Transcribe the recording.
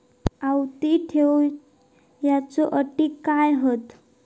आवर्ती ठेव च्यो अटी काय हत?